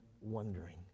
wondering